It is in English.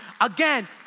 again